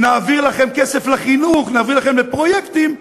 נעביר לכם כסף לחינוך, נעביר לכם לפרויקטים.